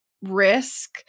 risk